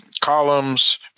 columns